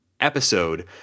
Episode